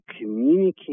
communicate